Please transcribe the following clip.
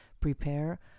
prepare